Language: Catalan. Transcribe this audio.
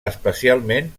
especialment